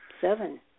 seven